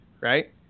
right